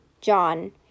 John